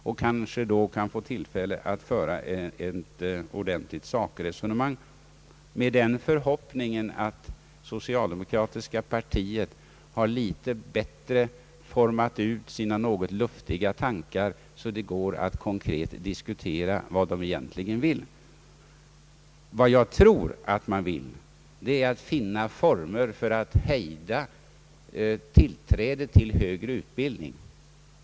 Vi får kanske då tillfälle att föra ett ordentligt sakresonemang med den förhoppningen, att det socialdemokratiska partiet har litet bättre utformat sina luftiga tankar så att det går att konkret diskutera vad det egentligen vill. Vad jag tror att man vill, det är att finna former för att hejda tillträdet till högre utbildning.